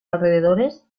alrededores